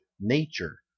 Nature